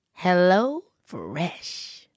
HelloFresh